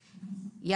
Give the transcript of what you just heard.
הבסיסי,